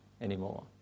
anymore